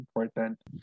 important